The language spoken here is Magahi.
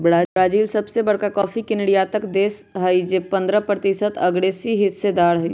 ब्राजील सबसे बरका कॉफी के निर्यातक देश हई जे पंडह प्रतिशत असगरेहिस्सेदार हई